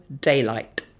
daylight